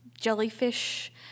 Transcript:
jellyfish